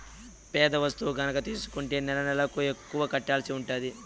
పెద్ద వస్తువు గనక తీసుకుంటే నెలనెలకు ఎక్కువ కట్టాల్సి ఉంటది